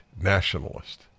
nationalist